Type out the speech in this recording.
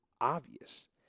obvious